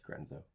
Grenzo